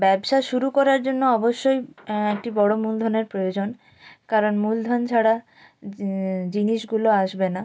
ব্যবসা শুরু করার জন্য অবশ্যই একটি বড়ো মূলধনের প্রয়োজন কারণ মূলধন ছাড়া জিনিসগুলো আসবে না